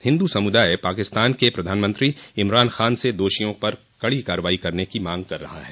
हिन्दू समुदाय पाकिस्तान के प्रधानमंत्री इमरान खान से दोषियों पर कड़ी कार्रवाई करने का मांग कर रहा है